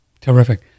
Terrific